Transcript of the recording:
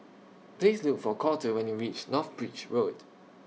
Please Look For Colter when YOU REACH North Bridge Road